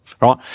right